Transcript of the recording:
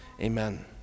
Amen